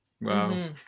Wow